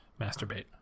Masturbate